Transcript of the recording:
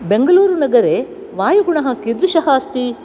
बेङ्गलूरुनगरे वायुगुणः कीदृशः अस्ति